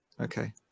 okay